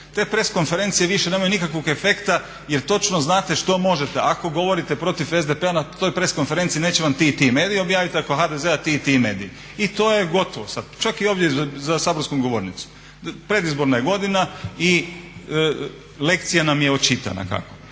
Te press konferencije više nemaju nikakvog efekta jel točno znate što možete. Ako govorite protiv SDP-a na toj press konferenciji neće vam ti i ti mediji objaviti, ako HDZ-a ti i ti mediji i to je gotovo čak i ovdje za saborskom govornicom. Predizborna je godina i lekcija nam je očitana.